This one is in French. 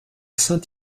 saint